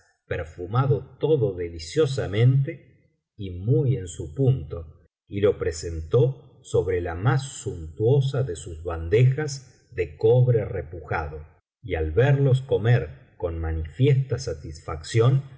perfumado todo deliciosamente y muy en su punto y lo presentó sobre la más suntuosa de sus bandejas de cobre repujado y al verlos comer con manifiesta satisfacción